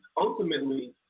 ultimately